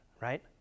right